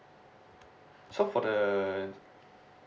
so for the